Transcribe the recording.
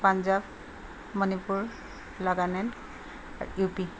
পাঞ্জাৱ মণিপুৰ নাগালেণ্ড আৰু U P